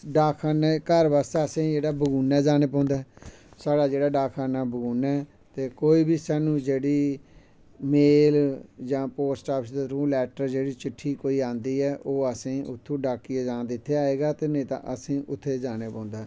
डाकखानै घर बास्तै असें बगुनै जेना पौंदा ऐ साढ़ा जेह्का डाकखाना बगुनै ते कोई बी साह्नू जेह्ड़ी मेल जां पोस्ट ऑफिस ते लैटर जां चिट्ठी आंदी ऐ ओह असें डाकिया जां ते इत्थे आए गा नीं ता असें उत्थें जाना पौंदा ऐ